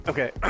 Okay